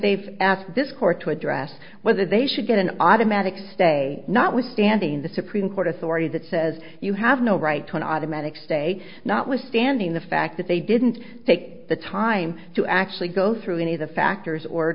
they've asked this court to address whether they should get an automatic stay notwithstanding the supreme court authority that says you have no right to an automatic stay notwithstanding the fact that they didn't take the time to actually go through any of the factors or